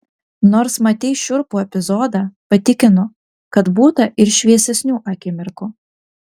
nors matei šiurpų epizodą patikinu kad būta ir šviesesnių akimirkų